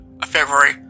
February